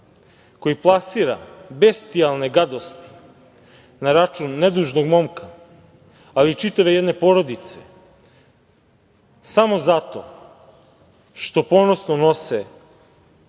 koji plasira bestijalne gadosti na račun nedužnog momka, ali i čitave jedne porodice samo zato što ponosno nose